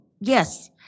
yes